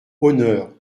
honneur